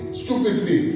stupidly